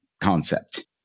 concept